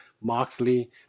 Moxley